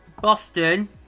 Boston